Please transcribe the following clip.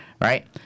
right